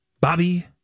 Bobby